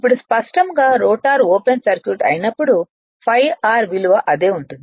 ఇప్పుడు స్పష్టంగా rotor open circuit అయినప్పుడు ∅r విలువ అదే ఉంటుంది